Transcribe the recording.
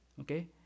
Okay